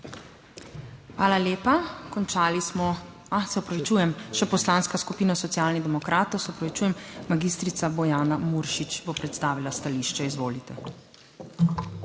Hvala lepa. Končali smo, se opravičujem, še Poslanska skupina Socialnih demokratov, se opravičujem, magistrica Bojana Muršič bo predstavila stališče. Izvolite.